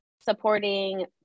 supporting